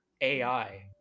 AI